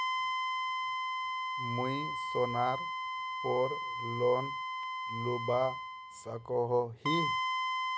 मुई सोनार पोर लोन लुबा सकोहो ही?